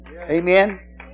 Amen